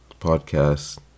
podcast